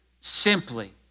simply